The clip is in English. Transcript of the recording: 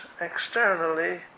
externally